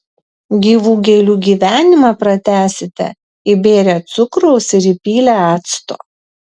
gyvų gėlių gyvenimą pratęsite įbėrę cukraus ir įpylę acto